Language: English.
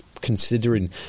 considering